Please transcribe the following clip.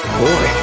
boy